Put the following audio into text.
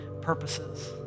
purposes